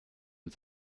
und